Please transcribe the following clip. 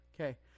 Okay